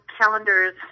calendars